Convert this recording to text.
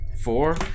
Four